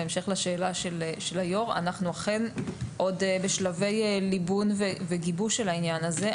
בהמשך לשאלה של היו"ר אנחנו עוד בשלבי ליבון וגיבוש של העניין הזה,